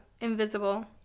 invisible